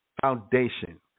foundation